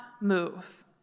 move